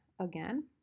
again